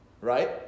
right